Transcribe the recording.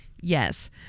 Yes